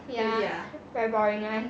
ya very boring [one]